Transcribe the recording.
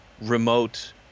remote